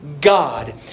God